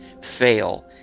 fail